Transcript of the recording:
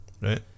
Right